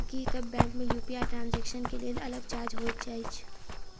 की सब बैंक मे UPI transaction केँ लेल अलग चार्ज होइत अछि?